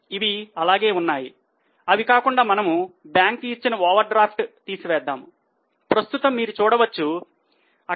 ఇది 0